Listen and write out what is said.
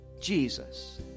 Jesus